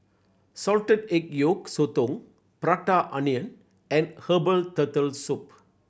salted egg yolk sotong Prata Onion and herbal Turtle Soup